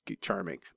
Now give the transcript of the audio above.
charming